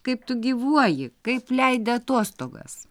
kaip tu gyvuoji kaip leidi atostogas